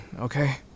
okay